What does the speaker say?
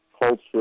culture